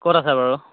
ক'ত আছে বাৰু